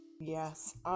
Yes